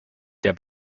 der